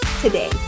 today